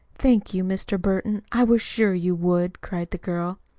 thank you, mr. burton. i was sure you would, cried the girl.